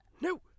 No